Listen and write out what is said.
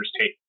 take